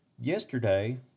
yesterday